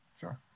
sure